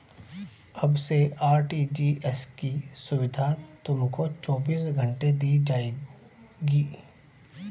अब से आर.टी.जी.एस की सुविधा तुमको चौबीस घंटे दी जाएगी